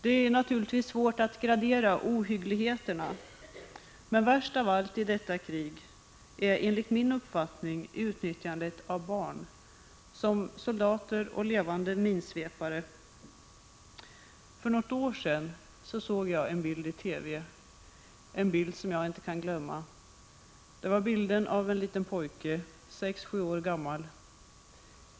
Det är svårt att gradera ohyggligheterna, men värst av allt i detta krig är enligt min mening utnyttjandet av barn som soldater och ”levande minsvepare”. För något år sedan såg jag en bild i TV som jag inte kan glömma. Det var bilden av en liten pojke, 6-7 år gammal.